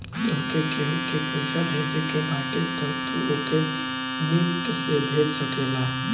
तोहके केहू के पईसा भेजे के बाटे तअ तू ओके निफ्ट से भेज सकेला